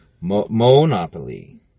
monopoly